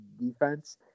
defense